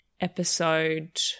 episode